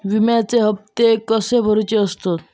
विम्याचे हप्ते कसे भरुचे असतत?